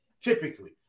typically